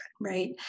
right